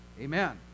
Amen